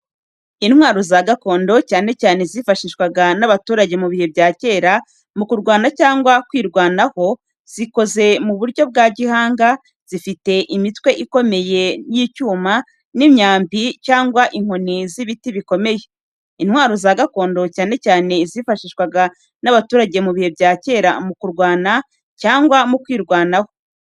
Intwaro za gakondo, cyane cyane izifashishwaga n’abaturage mu bihe bya kera mu kurwana cyangwa mu kwirwanaho. Zikoze mu buryo bwa gihanga, zifite imitwe ikomeye y’icyuma n’imyambi cyangwa inkoni z’ibiti bikomeye. Intwaro za gakondo, cyane cyane izifashishwaga n’abaturage mu bihe bya kera mu kurwana cyangwa mu kwirwanaho.